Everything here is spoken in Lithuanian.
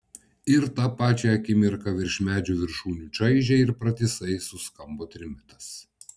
ir tą pačią akimirką virš medžių viršūnių čaižiai ir pratisai suskambo trimitas